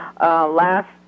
Last